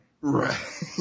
Right